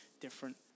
different